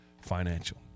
Financial